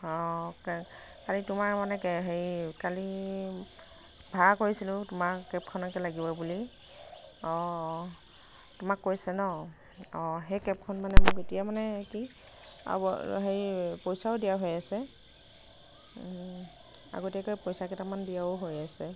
কালি তোমাৰ মানে কালি ভাড়া কৰিছিলোঁ তোমাৰ কেবখনকে লাগিব বুলি অঁ তোমাক কৈছে ন' অঁ সেই কেবখন মানে মোক এতিয়া মানে কি পইচাও দিয়া হৈ আছে আগতীয়াকৈ পইচা কেইটামান দিয়াও হৈ আছে